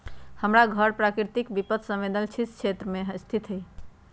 हमर घर प्राकृतिक विपत संवेदनशील क्षेत्र में स्थित हइ